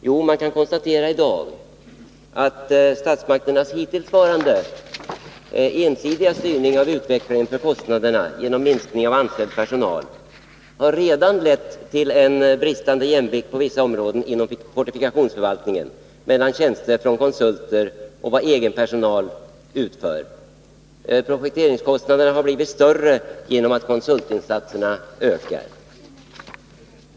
Jo, vi kan i dag konstatera att statsmakternas hittillsvarande ensidiga styrning av kostnadsutvecklingen genom minskning av anställd personal redan har medfört en bristande jämvikt på vissa områden inom fortifikationsförvaltningen mellan konsulttjänster och vad egen personal utför. Projekteringskostnaderna har också blivit större till följd av att konsultinsatserna ökat.